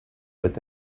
with